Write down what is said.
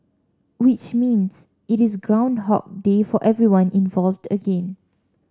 which means it is groundhog day for everyone involved again